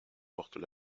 portes